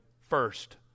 first